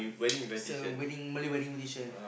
is the wedding Malaya wedding invitation